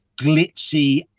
glitzy